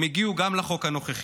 הם הגיעו גם לחוק הנוכחי.